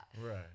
right